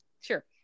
sure